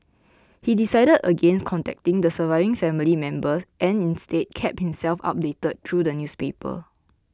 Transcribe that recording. he decided against contacting the surviving family members and instead kept himself updated through the newspaper